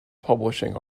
publishing